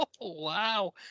Wow